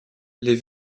les